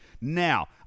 Now